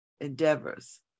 endeavors